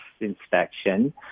inspection